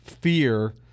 fear